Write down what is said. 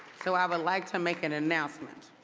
so i would like to make an announce meant.